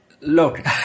look